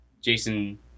Jason